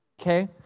okay